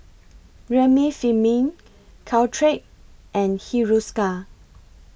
Remifemin Caltrate and Hiruscar